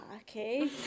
Okay